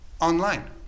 online